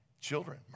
children